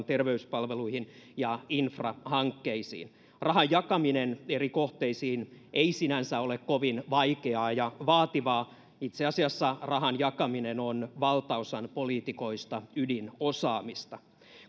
terveyspalveluihin ja infrahankkeisiin rahan jakaminen eri kohteisiin ei sinänsä ole kovin vaikeaa ja vaativaa itse asiassa rahan jakaminen on valtaosan poliitikoista ydinosaamista